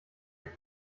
ich